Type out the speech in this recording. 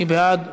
מי בעד?